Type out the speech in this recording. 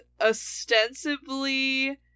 ostensibly